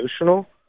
emotional